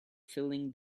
filling